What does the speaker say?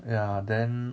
ya then